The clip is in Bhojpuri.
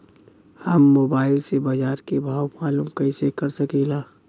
हम मोबाइल से बाजार के भाव मालूम कइसे कर सकीला?